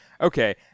okay